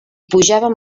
pujàvem